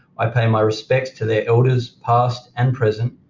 i pay my respects to their elders, past and present,